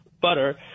butter